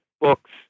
books